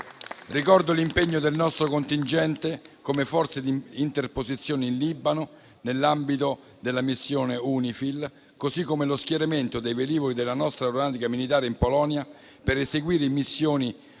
Ricordo l'impegno del nostro contingente come forza di interposizione in Libano nell'ambito della missione UNIFIL; così come lo schieramento dei velivoli della nostra Aeronautica militare in Polonia per eseguire missioni